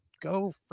go